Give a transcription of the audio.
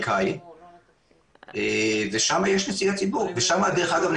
האקדמי והמחקר מבדיקה והגעה לאין שהם צריכים להגיע.